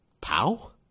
Pow